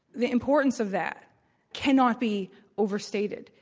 the importance of that cannot be over-stated.